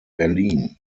berlin